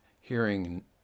hearing